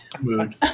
Mood